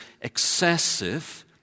excessive